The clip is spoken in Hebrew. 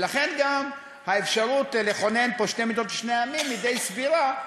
ולכן גם האפשרות לכונן פה שתי מדינות לשני עמים היא די סבירה,